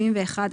71(1)